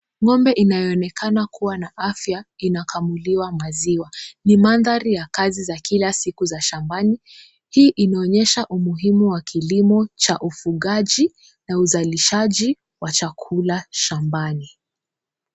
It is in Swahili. Ng'ombe inayoonekana kuwa na afya inakamuliwa maziwa, ni mandhari ya kazi za kila siku za shambani. Hii inaonyesha umuhimu wa kilimo wa ufugaji na uzalishaji wa chakula shambani.